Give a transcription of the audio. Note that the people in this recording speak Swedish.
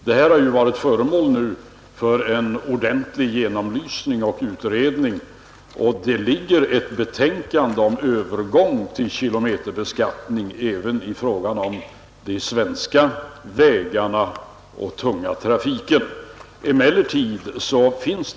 Detta har varit föremål för en ordentlig genomlysning och utredning, och det föreligger ett betänkande om övergång till kilometerbeskattning även i fråga om den tunga trafiken på de svenska vägarna.